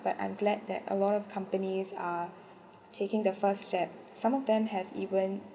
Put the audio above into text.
but I'm glad that a lot of companies are taking the first step some of them have even